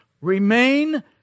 remain